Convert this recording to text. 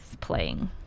playing